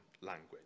language